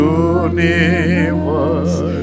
universe